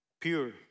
Pure